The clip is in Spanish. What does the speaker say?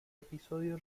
episodio